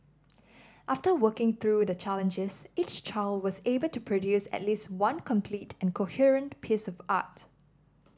after working through the challenges each child was able to produce at least one complete and coherent piece of art